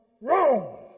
wrong